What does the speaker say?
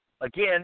Again